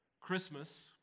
Christmas